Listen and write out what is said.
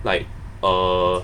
like err